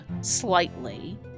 slightly